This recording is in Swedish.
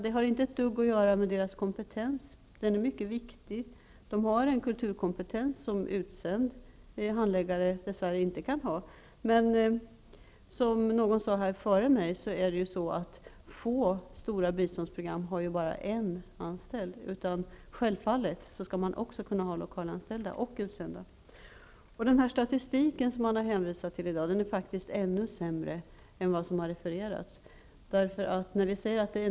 Det har inte ett dugg att göra med deras kompetens. Den är mycket viktig. De har en kulturkompetens som en utsänd handläggare dess värre inte kan ha. Men som någon före mig sade har få stora biståndsprogram bara en anställd. Självfallet skall man kunna ha både lokalanställda och utsända. Verkligheten är ännu sämre än den statistik som refererats i dag.